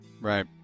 Right